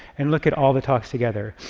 and look at all the talks together.